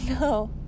no